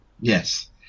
yes